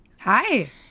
Hi